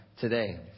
today